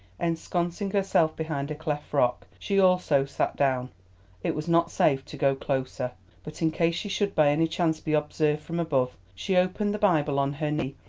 ensconcing herself behind a cleft rock, she also sat down it was not safe to go closer but in case she should by any chance be observed from above, she opened the bible on her knee,